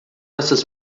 essas